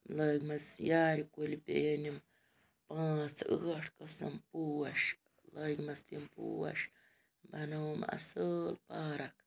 لٲگۍمَس یارِ کُلۍ بیٚیہِ أنِم پانٛژھ ٲٹھ قٕسٕم پوش لٲگۍمَس تِم پوش بَنووُم اَصٕل پارک